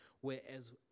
whereas